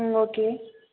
ம் ஓகே